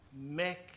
make